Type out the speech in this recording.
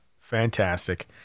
fantastic